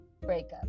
breakup